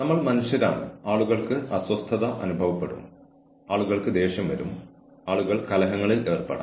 അതിനാൽ ജീവനക്കാരൻ എന്തിനാണ് മയക്കുമരുന്ന് ഉപയോഗിക്കുന്നതെന്നും എത്രത്തോളം എത്ര നാളായി ഉപയോഗിക്കുന്നുണ്ടെന്നും നിങ്ങൾ കണ്ടെത്തണം